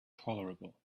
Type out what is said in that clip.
tolerable